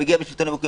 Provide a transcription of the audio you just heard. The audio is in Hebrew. מגיע מהשלטון המקומי,